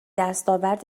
دستاورد